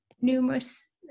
numerous